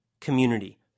community